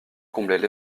comblaient